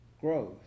growth